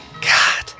God